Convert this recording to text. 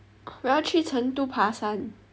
我要去成都爬山